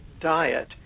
diet